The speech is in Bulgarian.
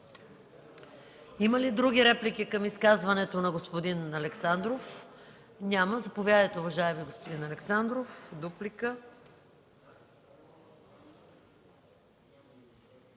Има ли други реплики към изказването на господин Александров? Няма. Уважаеми господин Александров,